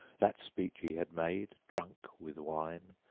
that speech he had made, drunk with wine,